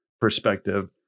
perspective